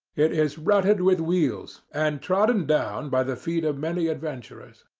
it is rutted with wheels and trodden down by the feet of many adventurers.